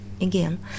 Again